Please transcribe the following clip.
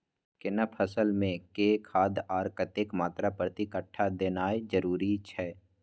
केना फसल मे के खाद आर कतेक मात्रा प्रति कट्ठा देनाय जरूरी छै?